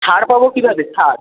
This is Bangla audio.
ছাড় পাবো কীভাবে ছাড়